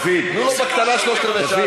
אין לנו בעיה עם הפיליבסטר.